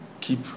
keep